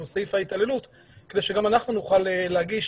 שהוא סעיף ההתעללות כדי שגם אנחנו נוכל להגיש